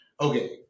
okay